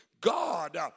God